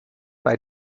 bei